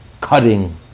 cutting